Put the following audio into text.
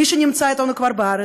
מי שכבר נמצא אתנו בארץ,